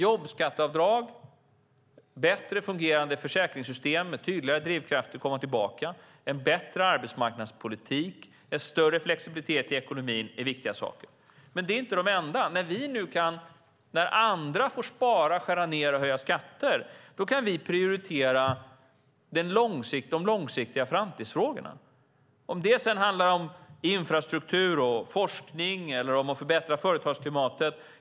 Jobbskatteavdrag, bättre fungerande försäkringssystem med tydligare drivkrafter att komma tillbaka, en bättre arbetsmarknadspolitik och en större flexibilitet i ekonomin är naturligtvis viktiga saker. Men det är inte de enda. När andra får spara, skära ned och höja skatter kan vi prioritera de långsiktiga framtidsfrågorna. Det kan handla om infrastruktur och forskning eller om att förbättra företagsklimatet.